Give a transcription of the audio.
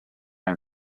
own